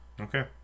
Okay